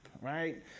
right